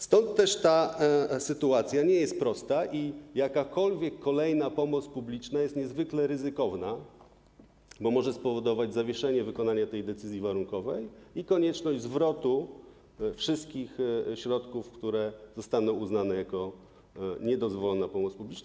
Stąd też ta sytuacja nie jest prosta i jakakolwiek kolejna pomoc publiczna jest niezwykle ryzykowna, bo może spowodować zawieszenie wykonania tej decyzji warunkowej i konieczność zwrotu wszystkich środków, które zostaną uznane za niedozwoloną pomoc publiczną.